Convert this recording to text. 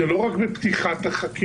זה לא רק מפתיחת החקירה.